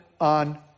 on